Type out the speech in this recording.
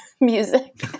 music